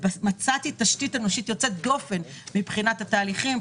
מצאתי תשתית אנושית יוצאת דופן מבחינת התהליכים,